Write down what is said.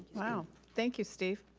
wow, thank you, steve.